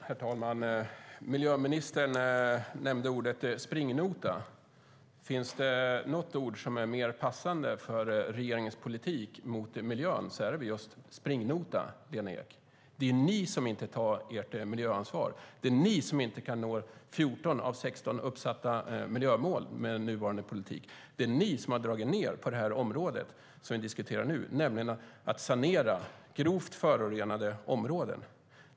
Herr talman! Miljöministern nämnde ordet springnota. Finns det något ord, Lena Ek, som är mer passande för regeringens politik mot miljön än just springnota? Det är ni som inte tar ert miljöansvar. Det är ni som inte kan nå 14 av 16 uppsatta miljömål med er nuvarande politik. Det är ni som har dragit ned på anslagen, nämligen för att sanera grovt förorenade områden.